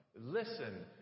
Listen